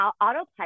autopilot